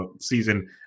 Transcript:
season